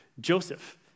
Joseph